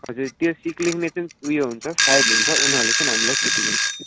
हजुर त्यो सिक लेख्ने चाहिँ उयो हुन्छ साहेब हुन्छ उनीहरूले चाहिँ हामीलाई छुट्टी दिन्छ